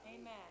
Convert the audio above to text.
Amen